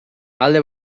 alde